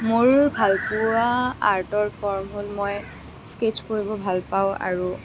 মোৰ ভাল পোৱা আৰ্টৰ ফৰ্ম হ'ল মই ষ্কেট্ছ কৰিব ভাল পাওঁ আৰু